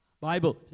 Bible